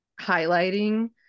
highlighting